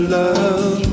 love